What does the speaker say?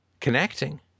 connecting